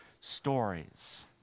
stories